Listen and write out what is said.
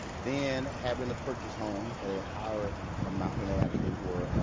then having to purchase homes at a higher amount than they actually were.